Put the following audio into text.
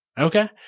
Okay